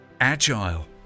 Agile